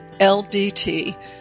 LDT